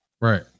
Right